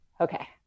Okay